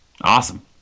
Awesome